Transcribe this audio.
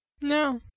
No